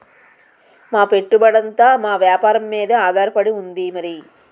మా పెట్టుబడంతా మా వేపారం మీదే ఆధారపడి ఉంది మరి